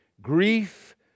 grief